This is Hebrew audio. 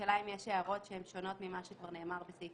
השאלה אם יש הערות שהן שונות ממה שכבר נאמר בסעיף